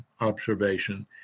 observation